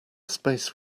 space